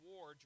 War